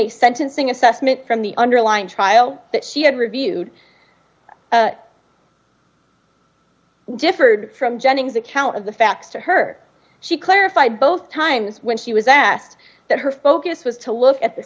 a sentencing assessment from the underlying trial that she had reviewed differed from jennings account of the facts to her she clarified both times when she was asked that her focus was to look at the